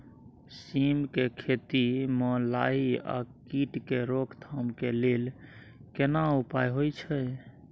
सीम के खेती म लाही आ कीट के रोक थाम के लेल केना उपाय होय छै?